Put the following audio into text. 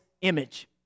image